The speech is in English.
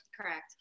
Correct